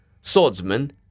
swordsman